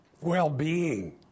well-being